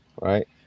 right